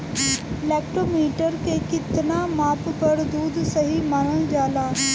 Lactometer के कितना माप पर दुध सही मानन जाला?